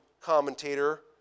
commentator